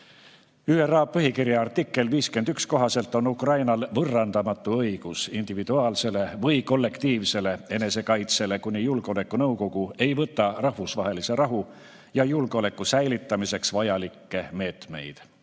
ÜRO põhikirja artikli 51 kohaselt on Ukrainal võõrandamatu õigus individuaalsele või kollektiivsele enesekaitsele, kuni Julgeolekunõukogu ei võta rahvusvahelise rahu ja julgeoleku säilitamiseks vajalikke meetmeid.